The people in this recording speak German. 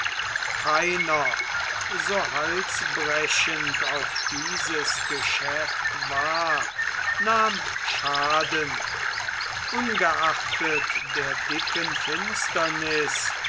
keiner so halsbrechend auch dieses geschäft war nahm schaden ungeachtet der dicken finsterniß